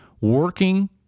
working